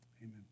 amen